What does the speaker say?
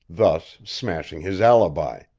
thus smashing his alibi.